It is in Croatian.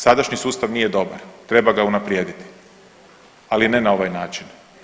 Sadašnji sustav nije dobar, treba ga unaprijediti, ali ne na ovaj način.